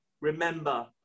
remember